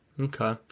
okay